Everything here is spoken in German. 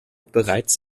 bereits